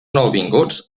nouvinguts